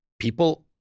people